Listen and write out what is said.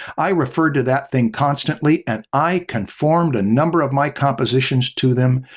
i referred to that thing constantly and i conformed a number of my compositions to them.